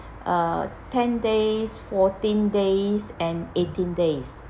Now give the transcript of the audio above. uh ten days fourteen days and eighteen days